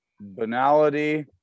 banality